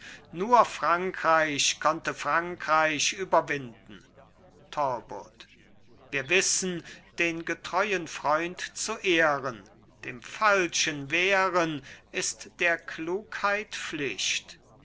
nur frankreich konnte frankreich überwinden talbot wir wissen den getreuen freund zu ehren dem falschen wehren ist der klugheit pflicht